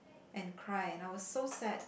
and cry and I was so sad